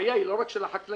הבעיה היא לא רק של החקלאים,